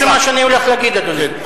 תקשיב למה שאני הולך להגיד, אדוני.